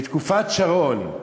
בתקופת שרון,